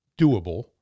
doable